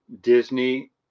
Disney